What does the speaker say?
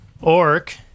orc